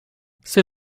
c’est